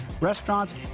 restaurants